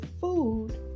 food